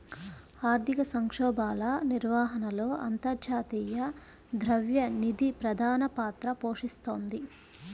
ఆర్థిక సంక్షోభాల నిర్వహణలో అంతర్జాతీయ ద్రవ్య నిధి ప్రధాన పాత్ర పోషిస్తోంది